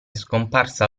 scomparsa